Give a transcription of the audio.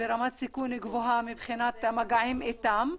ברמת סיכון גבוהה מבחינת המגעים איתם.